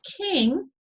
King